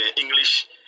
English